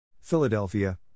Philadelphia